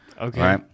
Okay